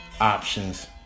Options